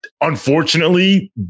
unfortunately –